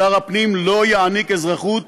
שר הפנים לא יעניק אזרחות